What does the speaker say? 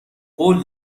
قول